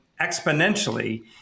exponentially